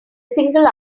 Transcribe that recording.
single